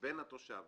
בין התושב